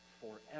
forever